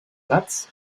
satz